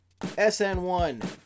sn1